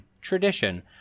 tradition